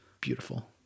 beautiful